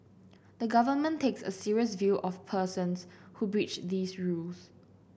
the Government takes a serious view of persons who breach these rules